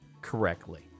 correctly